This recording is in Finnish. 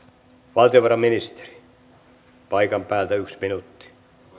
valtiovarainministeri paikan päältä yksi minuutti arvoisa herra